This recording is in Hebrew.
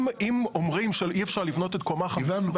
אם אומרים שאי אפשר לבנות את קומה חמישית,